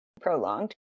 prolonged